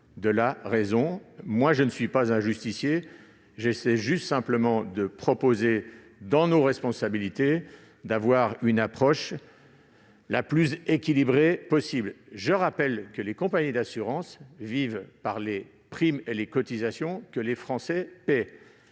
faut raison garder. Je ne suis pas un justicier ; j'essaie simplement de proposer, en responsabilité, l'approche la plus équilibrée possible. Je rappelle que les compagnies d'assurance vivent des primes et des cotisations que les Français paient.